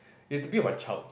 he's a bit of a child